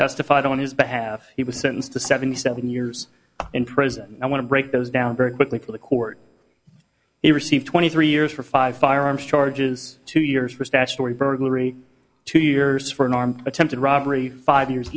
testified on his behalf he was sentenced to seventy seven years in prison i want to break those down very quickly for the court he received twenty three years for five firearms charges two years for statutory burglary two years for an armed attempted robbery five years